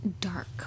dark